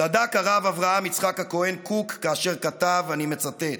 צדק הרב אברהם יצחק הכהן קוק כאשר כתב, ואני מצטט: